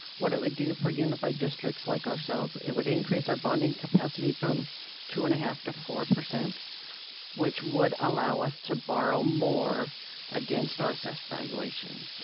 what it would do for unified districts like ourselves, it would increase our bonding capacity from two and a half to four, which would allow us to borrow more against our assessed valuation.